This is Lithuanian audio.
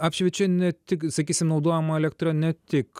apšviečia ne tik sakysim naudojama elektra ne tik